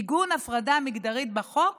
עיגון הפרדה מגדרית בחוק